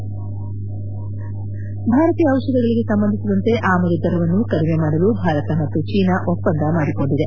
head ಭಾರತೀಯ ಔಷಧಗಳಿಗೆ ಸಂಬಂಧಿಸಿದಂತೆ ಆಮದು ದರವನ್ನು ಕಡಿಮೆ ಮಾಡಲು ಭಾರತ ಮತ್ತು ಚೀನಾ ಒಪ್ಪಂದ ಮಾಡಿಕೊಂಡಿದೆ